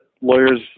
lawyers